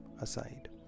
aside